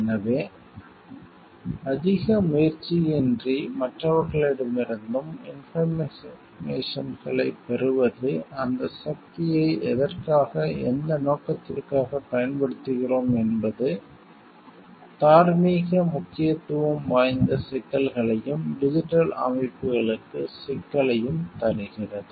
எனவே அதிக முயற்சியின்றி மற்றவர்களிடமிருந்தும் இன்போர்மேசன்களைப் பெறுவது அந்த சக்தியை எதற்காக எந்த நோக்கத்திற்காகப் பயன்படுத்துகிறோம் என்பது தார்மீக முக்கியத்துவம் வாய்ந்த சிக்கலையும் டிஜிட்டல் அமைப்புகளுக்கு சிக்கலையும் தருகிறது